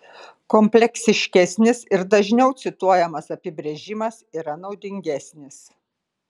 kompleksiškesnis ir dažniau cituojamas apibrėžimas yra naudingesnis